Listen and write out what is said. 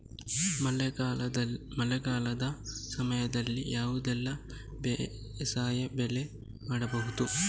ಮಳೆಗಾಲದ ಸಮಯದಲ್ಲಿ ಯಾವುದೆಲ್ಲ ಬೇಸಾಯ ಬೆಳೆ ಮಾಡಬಹುದು?